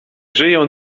żyją